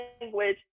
language